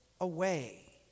away